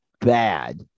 bad